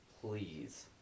please